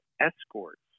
escorts